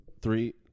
Three